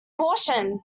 caution